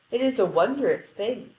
it is a wondrous thing,